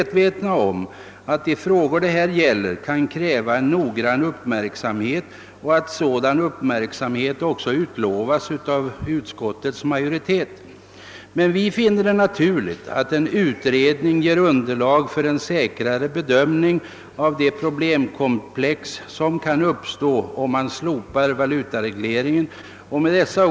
De frågor det här gäller kan kräva stor uppmärksamhet, och ut skottsmajoriteten utlovar även att frågorna skall följas uppmärksamt. Vi för vår del finner det då naturligt att en utredning får ge underlag för en säkrare bedömning av det problemkomplex som kan uppstå, om valutaregleringen slopas. Herr talman!